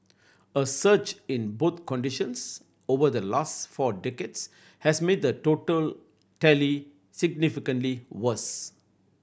a surge in both conditions over the last four decades has made the total tally significantly worse